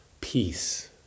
peace